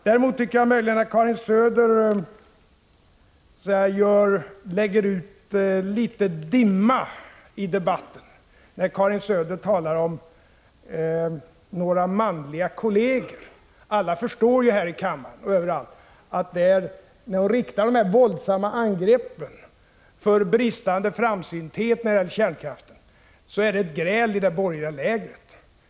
Däremot tycker jag att Karin Söder lägger ut litet dimridåer när hon i debatten talar om några manliga kolleger. Alla här i kammaren och på andra håll förstår ju att det är ett gräl inom det borgerliga lägret när Karin Söder kommer med så våldsamma angrepp för bristande framsynthet när det gäller kärnkraften.